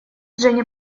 женя